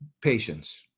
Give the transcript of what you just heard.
patience